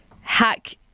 hack